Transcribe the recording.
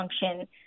function